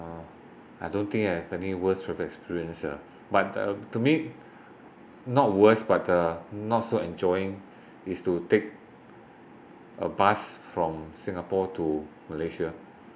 uh I don't think I have any worst travel experiences but uh to me not worst but uh not so enjoying is to take a bus from singapore to malaysia